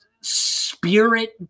spirit